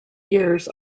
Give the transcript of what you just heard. years